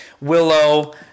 Willow